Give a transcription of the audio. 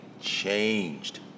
changed